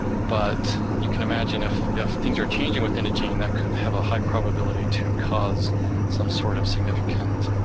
but you can imagine if if things are changing within a gene, that could have a high probability to cause some sort of significant